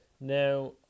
Now